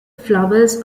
flowers